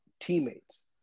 teammates